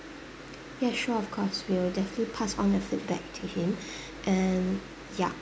ya sure of course we will definitely pass on the feedback to him and ya